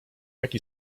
jaki